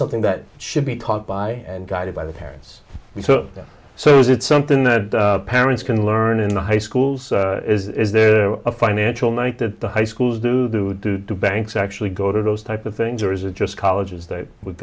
something that should be taught by and guided by the parents we took them so is it something that parents can learn in the high schools is there a financial night that the high schools do do do do banks actually go to those type of things or is it just colleges that would